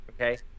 Okay